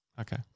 Okay